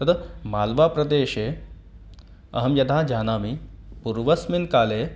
तद् माल्वाप्रदेशे अहं यथा जानामि पूर्वस्मिन्काले